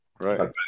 Right